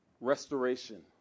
restoration